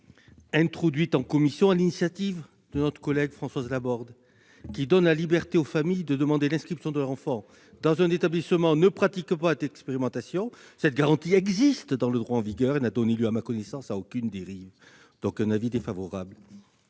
introduite en commission, sur l'initiative de notre collègue Françoise Laborde, visant à donner aux familles la liberté de demander l'inscription de leur enfant dans un établissement ne pratiquant pas d'expérimentation. Cette garantie existe dans le droit en vigueur et n'a donné lieu, à ma connaissance, à aucune dérive. En conséquence, l'avis est défavorable.